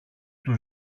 του